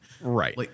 Right